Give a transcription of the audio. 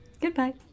Goodbye